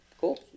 cool